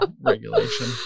regulation